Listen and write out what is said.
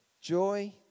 Joy